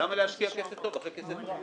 למה להשקיע כסף טוב אחרי כסף רע?